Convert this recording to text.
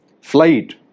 flight